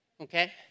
okay